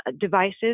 devices